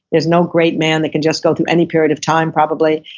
there's no great man that can just go through any period of time probably,